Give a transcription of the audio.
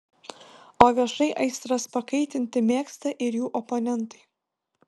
o viešai aistras pakaitinti mėgsta ir jų oponentai